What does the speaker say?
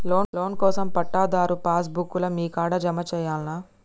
Loan కోసం పట్టాదారు passbook లు మీ కాడా జమ చేయల్నా?